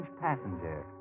passenger